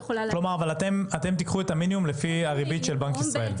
אתם תיקחו את המינימום לפי הריבית של בנק ישראל?